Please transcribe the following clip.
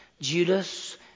Judas